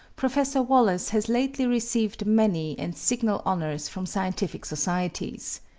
professor wallace has lately received many and signal honors from scientific societies.